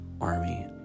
army